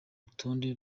rutonde